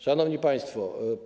Szanowni Państwo!